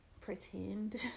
pretend